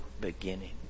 beginning